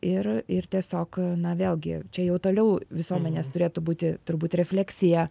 ir ir tiesiog na vėlgi čia jau toliau visuomenės turėtų būti turbūt refleksija